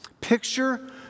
Picture